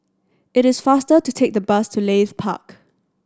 it is faster to take the bus to Leith Park